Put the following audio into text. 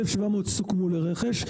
לא, 1,700 סוכמו לרכש.